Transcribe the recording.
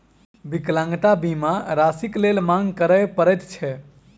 विकलांगता बीमा राशिक लेल मांग करय पड़ैत छै